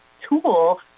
tool